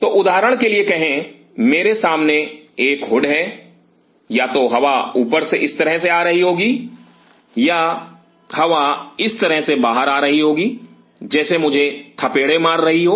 तो उदाहरण के लिए कहे यह मेरे सामने एक हुड है या तो हवा ऊपर से इस तरह से आ रही होगी या हवा इस तरह से बाहर आ रही होगी जैसे मुझे थपेड़े मार रही हो